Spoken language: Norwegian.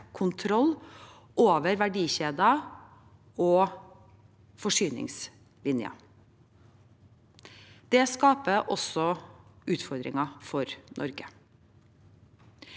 kontroll over verdikjeder og forsyningslinjer. Det skaper også utfordringer for Norge.